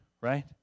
right